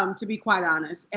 um to be quite honest,